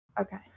Okay